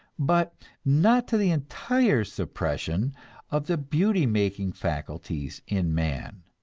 but not to the entire suppression of the beauty-making faculties in man.